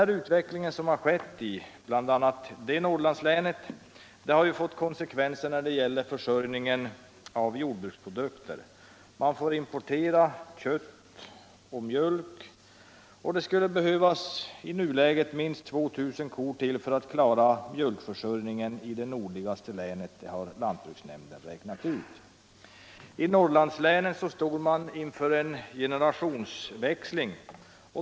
Den utveckling som har skett i bl.a. det Norrlandslänet har fått konsekvenser när det gäller försörjningen med jordbruksprodukter. Man får importera kött och mjölk. Det skulle i nuläget behövas minst 2 000 kor till för att klara mjölkförsörjningen i det nordligaste länet, har lantbruksnämnden räknat ut. I Norrlandslänen står man inför en generationsväxling.